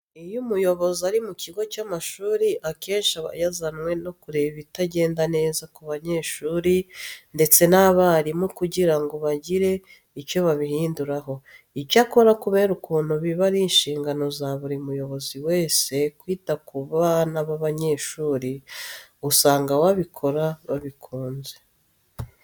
Iyo umuyobozi ari mu kigo cy'amashuri akenshi aba yazanwe no kureba ibitagenda neza ku banyeshuri ndetse n'abarimu kugira ngo bagire icyo babihinduraho. Icyakora kubera ukuntu biba ari inshingano za buri muyobozi wese kwita ku bana b'abanyeshuri, usanga babikora babikunze.